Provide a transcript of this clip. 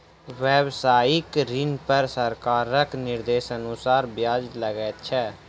व्यवसायिक ऋण पर सरकारक निर्देशानुसार ब्याज लगैत छै